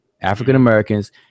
African-Americans